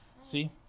See